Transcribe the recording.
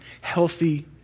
healthy